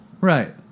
Right